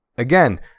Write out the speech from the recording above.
Again